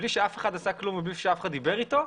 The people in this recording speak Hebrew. בלי שאף אחד עשה כלום ובלי שמישהו דיבר אתו,